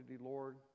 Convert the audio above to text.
lord